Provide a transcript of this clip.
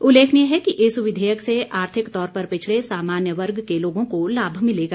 उल्लेखनीय है कि इस विधेयक से आर्थिक तौर पर पिछड़े सामान्य वर्ग के लोगों को लाभ मिलेगा